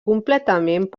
completament